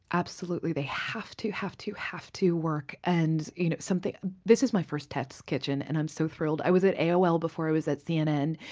absolutely. they have to, have to, have to work and you know this is my first test kitchen, and i'm so thrilled. i was at aol before i was at cnn,